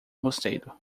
mosteiro